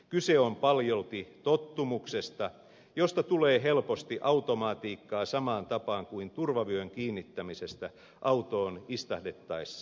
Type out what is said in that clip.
kyse on paljolti tottumuksesta josta tulee helposti automatiikkaa samaan tapaan kuin turvavyön kiinnittämisestä autoon istahdettaessa